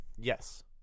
Yes